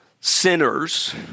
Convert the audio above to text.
sinners